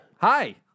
Hi